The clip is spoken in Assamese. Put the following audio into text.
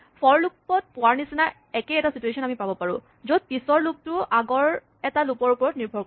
ফৰ লুপ ত পোৱা নিচিনা একেই এটা চিটুৱেচন আমি পাব পাৰোঁ য'ত পিচৰ লুপ টো আগৰ এটা লুপ ৰ ওপৰত নিৰ্ভৰ কৰে